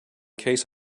case